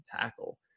tackle